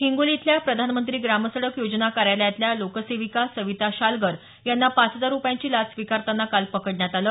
हिंगोली इथल्या प्रधानमंत्री ग्रामसडक योजना कार्यालयातल्या लोकसेविका सविता शालगर यांना पाच हजार रुपयाची लाच स्वीकारताना काल पकडण्यात आलं